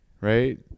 right